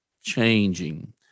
changing